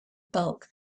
bulk